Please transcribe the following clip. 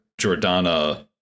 Jordana